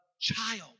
child